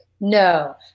no